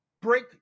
break